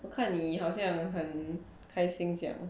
我看你好像很开心这样